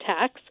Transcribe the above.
tax